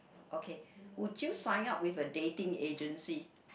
okay would you sign up with a dating agency